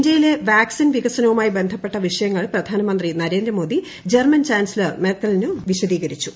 ഇന്തൃയിലെ vaccine വികസനവുമായി ബന്ധപ്പെട്ട വിഷയങ്ങൾ പ്രധാനമന്ത്രി നരേന്ദ്ര മോദി ജർമൻ ചാൻസലർ മെർക്കലിനു വിശദീകരിച്ചു